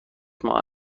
ماه